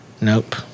Nope